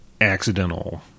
accidental